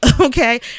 okay